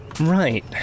Right